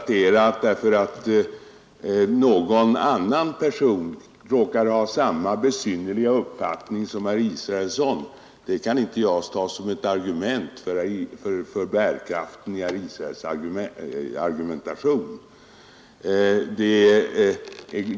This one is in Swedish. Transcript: Herr talman! Att någon annan person råkar ha samma besynnerliga uppfattning som herr Israelsson kan jag inte ta som ett belägg för bärkraften i herr Israelssons argumentation.